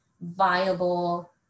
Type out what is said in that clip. viable